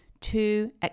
Two